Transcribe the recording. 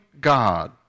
God